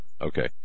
Okay